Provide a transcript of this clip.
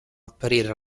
apparire